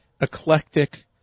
eclectic